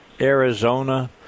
arizona